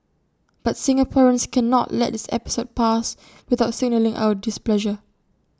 but Singaporeans cannot let this episode pass without signalling our displeasure